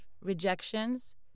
rejections